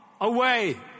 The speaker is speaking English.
away